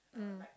mm